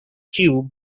cube